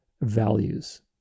values